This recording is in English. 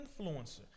influencer